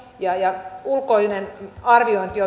ja ja myöskin ulkoinen arviointi